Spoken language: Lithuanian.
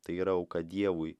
tai yra auka dievui